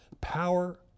power